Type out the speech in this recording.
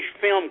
film